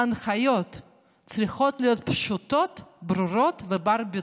ההנחיות צריכות להיות פשוטות, ברורות ובנות ביצוע.